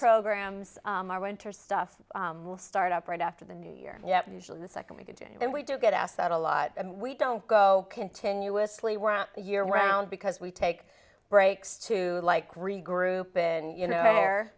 programs our winter stuff will start up right after the new year yep usually the second week of june and we do get asked that a lot and we don't go continuously we're a year round because we take breaks to like regroup in you know